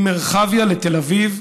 ממרחביה לתל אביב